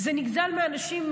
זה נגזל מאנשים,